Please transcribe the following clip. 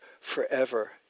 forever